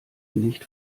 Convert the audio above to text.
nicht